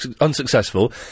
unsuccessful